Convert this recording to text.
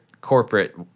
Corporate